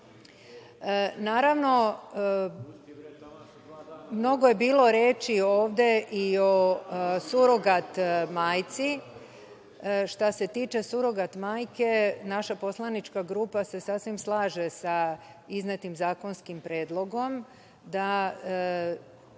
zakonima. Naravno, mnogo je bilo reči ovde i o surogat majci. Što se tiče surogat majke, naša poslanička grupa se sasvim slaže sa iznetim zakonskim predlogom da